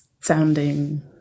sounding